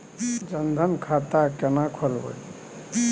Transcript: जनधन खाता केना खोलेबे?